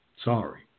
Sorry